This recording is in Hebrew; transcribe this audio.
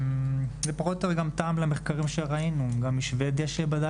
זה פחות או יותר תאם גם למחקרים שבדקנו גם בשבדיה.